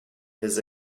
his